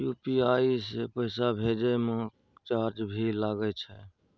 UPI से पैसा भेजै म चार्ज भी लागे छै?